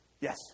Yes